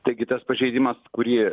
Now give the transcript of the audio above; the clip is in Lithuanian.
taigi tas pažeidimas kurį